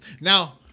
Now